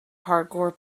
hardcore